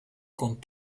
con